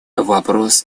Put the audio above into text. вопрос